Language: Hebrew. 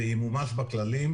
זה ימומש בכללים,